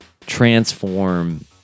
transform